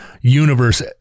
universe